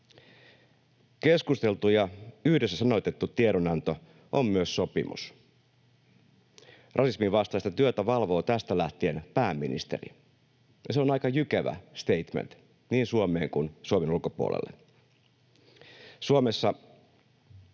Keskusteltu ja yhdessä sanoitettu tiedonanto on myös sopimus. Rasismin vastaista työtä valvoo tästä lähtien pääministeri, ja se on aika jykevä statement, niin Suomeen kuin Suomen ulkopuolelle.